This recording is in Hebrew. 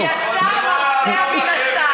יצא המרצע מן השק.